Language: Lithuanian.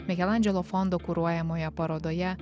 mikelandželo fondo kuruojamoje parodoje